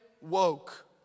woke